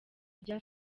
rya